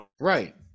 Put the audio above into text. right